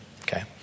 Okay